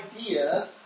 idea